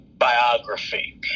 biography